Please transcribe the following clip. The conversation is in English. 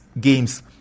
games